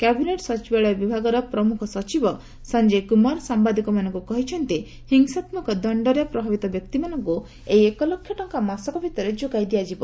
cabinet ସଚିବାଳୟ ବିଭାଗର ପ୍ରମୁଖ ସଚିବ ସଞ୍ଚୟ କୁମାର ସାମ୍ବାଦିକମାନଙ୍କୁ କହିଛନ୍ତି ହିଂସାତ୍ୱକ ଦଣ୍ଡରେ ପ୍ରଭାବିତ ବ୍ୟକ୍ତିମାନଙ୍କୁ ଏଇ ଏକ ଲକ୍ଷ ଟଙ୍କା ମାସକ ଭିତରେ ଯୋଗାଇ ଦିଆଯିବ